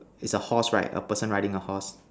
is a horse right a person riding the horse